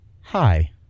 hi